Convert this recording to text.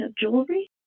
jewelry